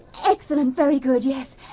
excellent, very good, yes.